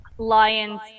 Lions